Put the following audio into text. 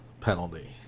penalty